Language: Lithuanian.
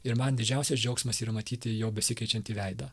ir man didžiausias džiaugsmas yra matyti jo besikeičiantį veidą